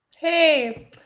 Hey